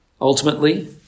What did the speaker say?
Ultimately